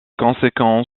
conséquent